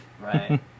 Right